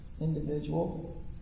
individual